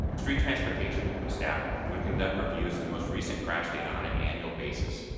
street transportation staff would conduct reviews in the most recent crash data on an annual basis.